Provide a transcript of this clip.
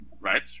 right